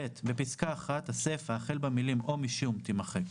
(ב)בפסקה (1), הסיפה החל במילים "או משום" תימחק.